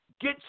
get